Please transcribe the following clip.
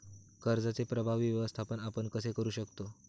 कर्जाचे प्रभावी व्यवस्थापन आपण कसे करु शकतो?